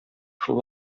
шул